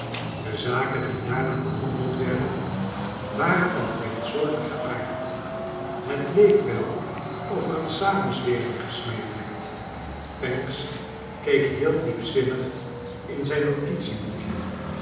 de zaken die daarna behandeld werden waxen van vreerndsoortigen aard let leek wel j of er een samenzwering gesmeed j werd pancks keek heel diepzinnig i in zijn notitieboekje